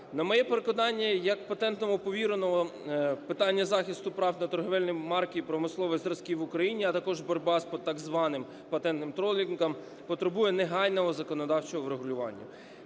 На моє переконання як патентного повіреного, в питаннях захисту прав на торгівельні марки і промислові зразки в Україні, а також боротьба з так званим патентним тролінгом, потребує негайного законодавчого врегулювання.